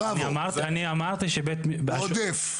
הוא עודף.